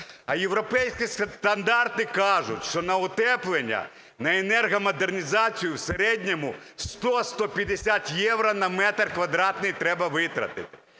а європейські стандарти кажуть, що на утеплення, на енергомодернізацію в середньому 100-150 євро на метр квадратний треба витратити.